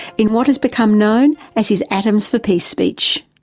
in what has become known as his atoms for peace speech.